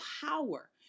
power